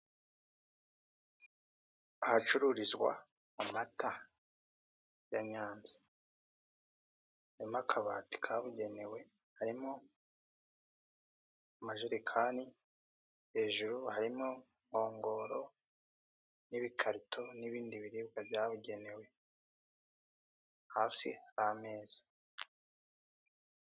Ahacururizwa amata ya Nyanza. Harimo akabati kabugenewe, harimo amajerekani, hejuru harimo inkongoro n'ibikarito, n'ibindi biribwa byabugenewe. Hasi hari ameza.